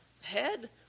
head